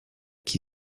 qui